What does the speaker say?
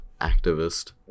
activist